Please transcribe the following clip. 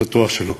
בטוח שלא.